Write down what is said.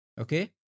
okay